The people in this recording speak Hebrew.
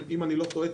אם אני לא טועה,